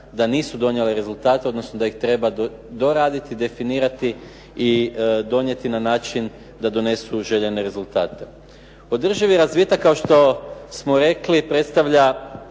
da nisu donijele rezultate, odnosno da ih treba doraditi, definirati i donijeti na način da donesu željene rezultate. Održivi razvitak kao što smo rekli predstavlja